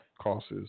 costs